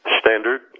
standard